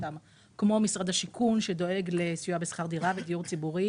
אותם כמו משרד השיכון שדואג לסיוע בשכר דירה ודיור ציבורי